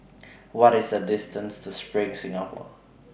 What IS The distance to SPRING Singapore